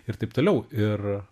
ir taip toliau ir